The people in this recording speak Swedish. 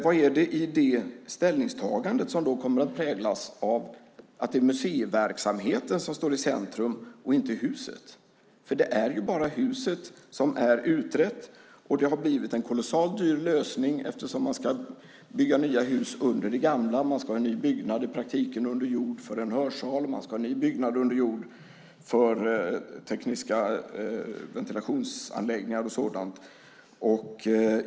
Vad är det i det ställningstagandet som då kommer att präglas av att det är museiverksamheten som står i centrum och inte huset? Det är bara huset som är utrett. Det har blivit en kolossalt dyr lösning eftersom man ska bygga nya hus under de gamla. Man ska i praktiken ha en ny byggnad under jord för en hörsal och för tekniska ventilationsanläggningar och sådant.